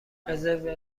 رزرو